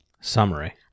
summary